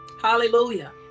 Hallelujah